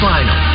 Final